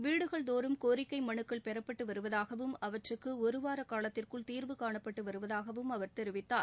வீடுகள்தோறும் கோரிக்கை மனுக்கள் பெறப்பட்டு வருவதாகவும் அவற்றுக்கு ஒரு வார காலத்திற்குள் தீர்வுகாணப்பட்டு வருவதாகவும் அவர் தெரிவித்தார்